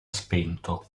spento